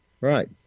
Right